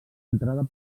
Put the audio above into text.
entrada